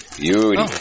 Beauty